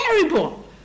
terrible